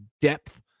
depth